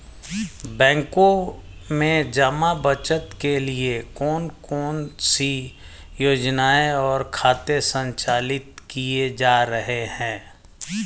बैंकों में जमा बचत के लिए कौन कौन सी योजनाएं और खाते संचालित किए जा रहे हैं?